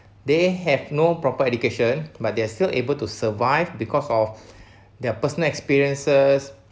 they have no proper education but they are still able to survive because of their personal experiences